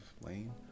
lane